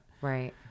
Right